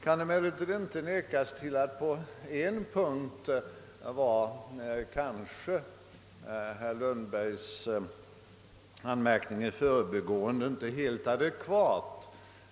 På en punkt var emellertid inte herr Lundbergs anmärkning i förbigående helt adekvat.